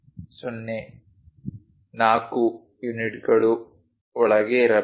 4 ಯೂನಿಟ್ಗಳ ಒಳಗೆ ಇರಬೇಕು